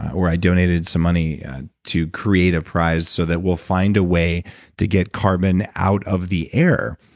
or i donated some money to create a prize so that we'll find a way to get carbon out of the air,